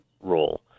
role